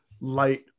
light